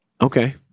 Okay